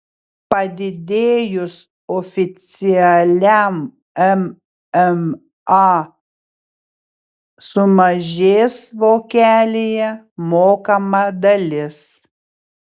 padidėjus oficialiam mma sumažės vokelyje mokama dalis